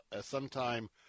sometime